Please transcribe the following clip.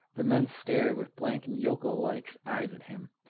the men stared with blank and yokel-like eyes at him.